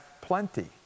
plenty